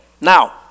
now